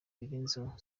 birenzeho